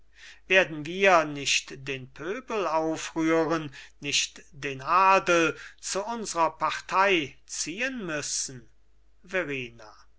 werden wir nicht den pöbel aufrühren nicht den adel zu unsrer partei ziehen müssen